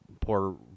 poor